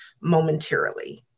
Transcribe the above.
momentarily